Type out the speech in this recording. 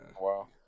wow